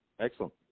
Excellent